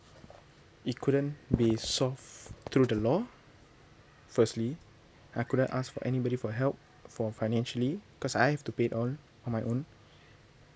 it couldn't be solved through the law firstly I couldn't ask for anybody for help for financially because I have to pay it all on my own